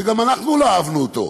שגם אנחנו לא אהבנו אותו,